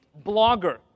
blogger